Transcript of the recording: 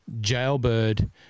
jailbird